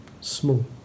small